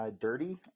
dirty